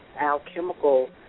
alchemical